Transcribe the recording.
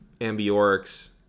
Ambiorix